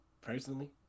personally